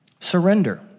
Surrender